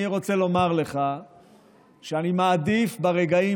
אני רוצה לומר לך שאני מעדיף ברגעים